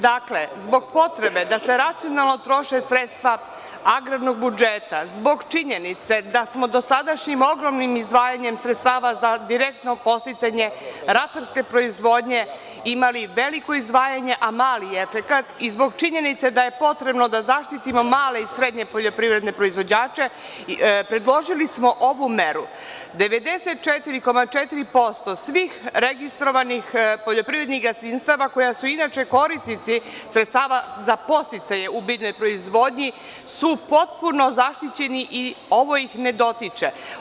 Dakle, zbog potrebe da se racionalno troše sredstva agrarnog budžeta, zbog činjenice da smo do sadašnjim ogromnim izdvajanjem sredstava za direktno podsticanje ratarske proizvodnje imali veliko izdvajanje a mali efekat i zbog činjenice da je potrebno da zaštitimo male i srednje poljoprivredne proizvođače, predložili smo ovu meru , 94,4% svih registrovanih poljoprivrednih gazdinstava koji su inače korisnici sredstava za podsticaje u biljnoj proizvodnji su potpuno zaštićeni i ovo ih ne dotiče.